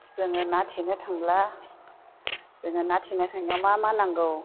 जोङो ना थेनो थांब्ला जोङो ना थेनो थांनायाव मा मा नांगौ